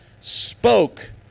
spoke